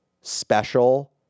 special